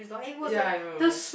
ya I know